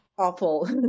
Awful